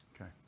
Okay